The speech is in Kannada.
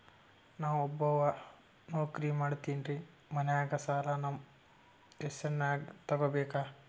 ನಾ ಒಬ್ಬವ ನೌಕ್ರಿ ಮಾಡತೆನ್ರಿ ಮನ್ಯಗ ಸಾಲಾ ನಮ್ ಹೆಸ್ರನ್ಯಾಗ ತೊಗೊಬೇಕ?